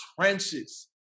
Trenches